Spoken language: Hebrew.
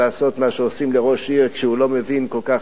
לעשות מה שעושים לראש עיר כשהוא לא מבין כל כך,